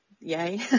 yay